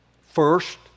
First